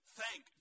thank